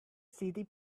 city